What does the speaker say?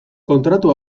kontratu